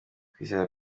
kwizera